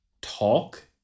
talk